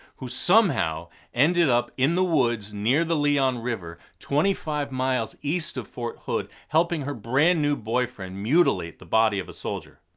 who somehow ended up in the woods near the leon river, twenty five miles east of fort hood, helping her brand new boyfriend mutilate the body of a soldier.